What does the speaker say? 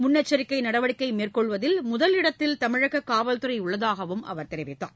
முன்னெச்சரிக்கைநடவடிக்கைமேற்கொள்வதில் முதலிடத்தில் தமிழககாவல்துறைஉள்ளதாகஅவர் தெரிவித்தார்